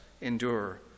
endure